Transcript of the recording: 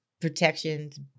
protections